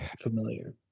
familiar